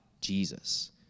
Jesus